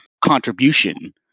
contribution